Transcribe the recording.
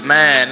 Man